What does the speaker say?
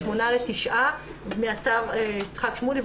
משמונה לתשעה מהשר יצחק שמולי.